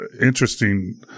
interesting